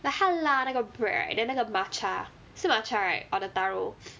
like 她拉那个 bread right then 那个 matcha 是 matcha right or the taro